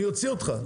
אני אוציא אותך.